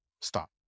stop